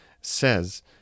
says